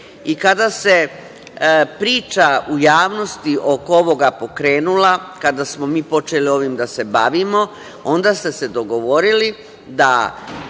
se priča u javnosti oko ovoga pokrenula, kada smo mi počeli ovim da se bavimo onda ste se dogovorili da